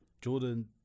Jordan